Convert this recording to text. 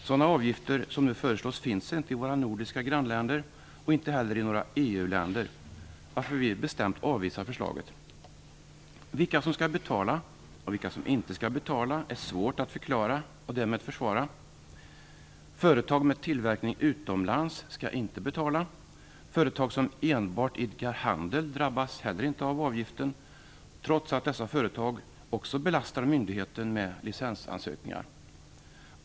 Sådana avgifter som nu föreslås finns inte i våra nordiska grannländer, och inte heller i några EU länder, varför vi bestämt avvisar förslaget. Vilka som skall betala och vilka som inte skall betala är svårt att förklara och därmed försvara. Företag med tillverkning utomlands skall inte betala. Företag som enbart idkar handel drabbas inte heller av avgiften, trots att dessa företag också belastar myndigheten med licensansökningar.